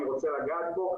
אני רוצה לגעת בו,